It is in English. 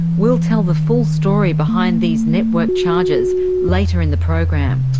we'll tell the full story behind these network charges later in the program.